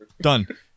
Done